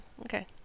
Okay